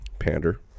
Pander